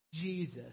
Jesus